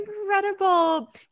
incredible